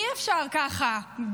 אי-אפשר ככה,